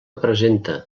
presenta